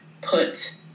put